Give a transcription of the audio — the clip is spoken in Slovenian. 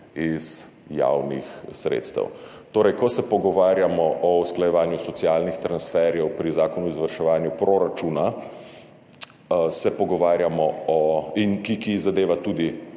iz javnih sredstev. Torej, ko se pogovarjamo o usklajevanju socialnih transferjev pri Zakonu o izvrševanju proračuna, ki zadeva tudi